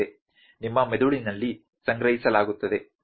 ನಿಮ್ಮ ಮೆದುಳಿನಲ್ಲಿ ಸಂಗ್ರಹಿಸಲಾಗುತ್ತದೆ